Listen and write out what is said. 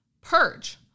purge